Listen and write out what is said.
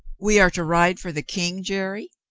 we are to ride for the king, jerry?